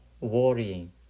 worrying